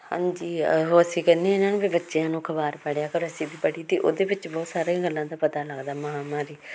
ਹਾਂਜੀ ਉਹ ਅਸੀਂ ਕਹਿੰਦੇ ਇਹਨਾਂ ਨੂੰ ਵੀ ਬੱਚਿਆਂ ਨੂੰ ਅਖਬਾਰ ਪੜ੍ਹਿਆ ਕਰੋ ਅਸੀਂ ਵੀ ਪੜ੍ਹੀ ਦੀ ਉਹਦੇ ਵਿੱਚ ਬਹੁਤ ਸਾਰੀਆਂ ਗੱਲਾਂ ਦਾ ਪਤਾ ਲੱਗਦਾ ਮਹਾਂਮਾਰੀ